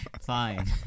fine